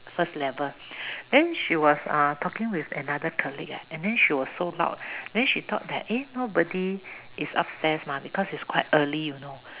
first level then she was uh talking with another colleague and then she was so loud and then she thought that eh nobody is upstairs because it's quite early you know